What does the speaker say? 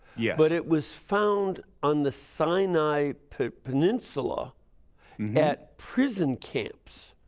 yeah but it was found on the sinai peninsula at prison camp's.